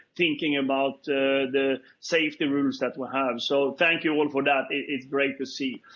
thinking about the safety rules that we have. so. thank you all for that. it's great to see.